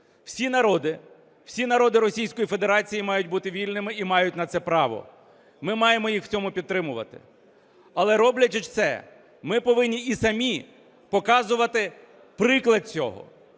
Всі народи, всі народи Російської Федерації мають бути вільними і мають на це право, ми маємо їх в цьому підтримувати. Але, роблячи це, ми повинні і самі показувати приклад цього.